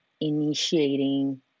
initiating